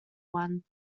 one